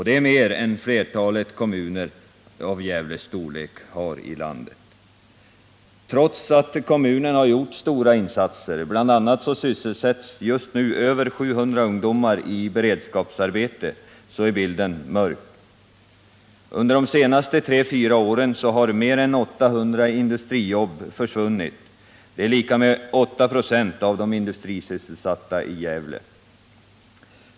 Det är mer än vad flertalet kommuner i landet av Gävles storlek har. Trots stora insatser från kommunens sida — bl.a. sysselsätts just nu över 700 ungdomar i beredskapsarbete — är bilden mörk. Under de senaste tre fyra åren har mer än 800 industrijobb försvunnit, dvs. 8 96 av de industrisysselsatta i Gävle.